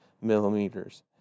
millimeters